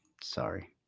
sorry